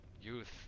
youth